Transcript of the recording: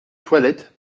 toilette